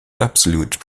absolute